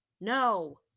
No